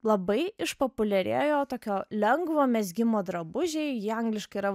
labai išpopuliarėjo tokio lengvo mezgimo drabužiai jie angliškai yra